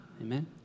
Amen